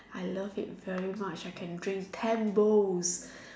I love it very much I can drink ten bowls